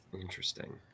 Interesting